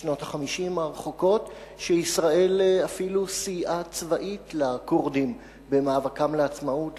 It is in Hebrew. בשנות ה-50 הרחוקות ישראל אפילו סייעה צבאית לכורדים במאבקם לעצמאות,